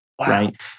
Right